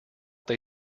they